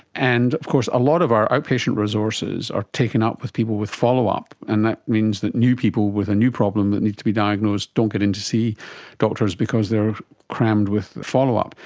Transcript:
and of course a lot of our outpatient resources are taken up with people with follow-up, and that means that new people with a new problem that needs to be diagnosed don't get in to see doctors because they are cramped with follow-up.